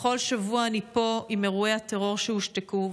בכל שבוע אני פה עם אירועי הטרור שהושתקו,